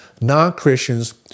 non-Christians